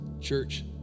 Church